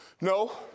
no